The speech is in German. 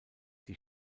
die